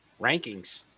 rankings